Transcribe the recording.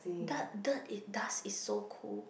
dirt dirt it does it's so cool